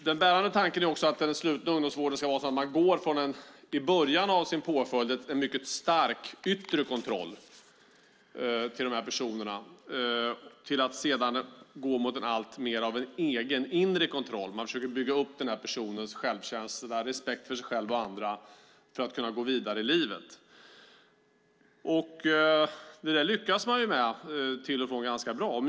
Den bärande tanken är att man går från en stark yttre kontroll i början av sin påföljd till en alltmer egen inre kontroll. Man försöker bygga upp den unges självkänsla och respekt för sig själv och andra så att denne kan gå vidare i livet. Detta lyckas man med ganska bra ibland.